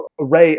array